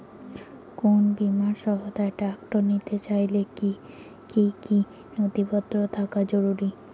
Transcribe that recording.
কোন বিমার সহায়তায় ট্রাক্টর নিতে চাইলে কী কী নথিপত্র থাকা জরুরি?